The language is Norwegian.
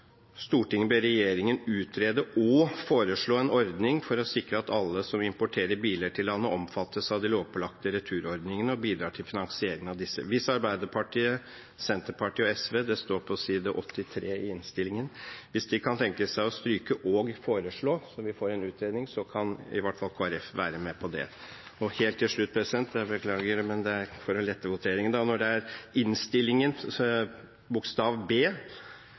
ber regjeringen utrede og foreslå en ordning for å sikre at alle som importerer biler til landet, omfattes av de lovpålagte returordningene og bidrar til finansiering av disse.» Det står på side 83 i innstillingen. Hvis Arbeiderpartiet, Senterpartiet og SV kan tenke seg å stryke «og foreslå», så vi får en utredning, kan i hvert fall Kristelig Folkeparti være med på det. Helt til slutt: Jeg beklager, men det er for å lette voteringen: Det gjelder innstillingens bokstav B,